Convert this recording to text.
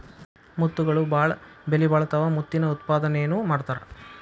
ಮುತ್ತುಗಳು ಬಾಳ ಬೆಲಿಬಾಳತಾವ ಮುತ್ತಿನ ಉತ್ಪಾದನೆನು ಮಾಡತಾರ